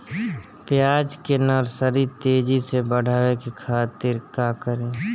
प्याज के नर्सरी तेजी से बढ़ावे के खातिर का करी?